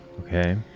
Okay